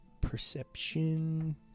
Perception